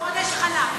אבל החודש חלף.